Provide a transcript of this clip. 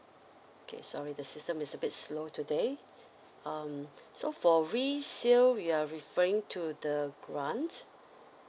okay sorry the system is a bit slow today um so for resale you are referring to the grants